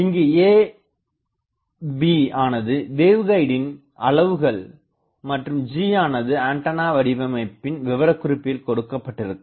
இங்கு a b ஆனது வேவ்கைடின் அளவுகள் மற்றும் G ஆனது ஆண்டனா வடிவமைப்பின் விவரக்குறிப்பில் கொடுக்கப்பட்டிருக்கும்